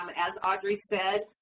as audrey said,